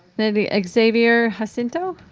maybe like xavier jacinto?